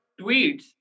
tweets